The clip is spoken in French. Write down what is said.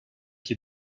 qui